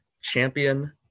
Champion